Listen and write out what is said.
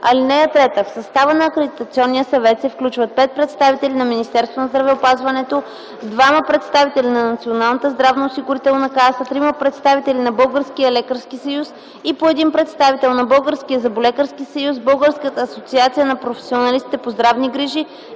(3) В състава на Акредитационния съвет се включват пет представители на Министерството на здравеопазването, двама представители на Националната здравноосигурителна каса, трима представители на Българския лекарски съюз и по един представител на Българския зъболекарски съюз, Българската асоциация на професионалистите по здравни грижи